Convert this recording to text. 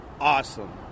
awesome